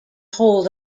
hold